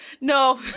No